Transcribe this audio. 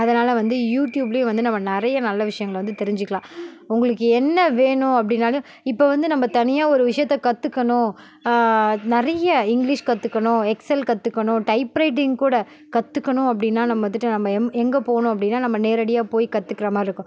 அதனால் வந்து யூடியூப்லேயும் வந்து நம்ம நிறைய நல்ல விஷயங்களை வந்து தெரிஞ்சுக்கலாம் உங்களுக்கு என்ன வேணும் அப்படின்னாலும் இப்போ வந்து நம்ம தனியாக ஒரு விஷயத்தைக் கற்றுக்கணும் நிறைய இங்கிலீஷ் கற்றுக்கணும் எக்செல் கற்றுக்கணும் டைப்ரைட்டிங் கூட கற்றுக்கணும் அப்படின்னா நம்ம வந்துட்டு நம்ம எம் எங்கே போகணும் அப்படின்ன நம்ம நேரடியாக போய் கற்றுக்குற மாதிரி இருக்கும்